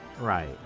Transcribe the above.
right